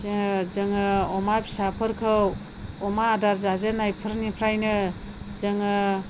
जोङो अमा फिसाफोरखौ अमा आदार जाजेन्नायफोरनिफ्रायनो जोङो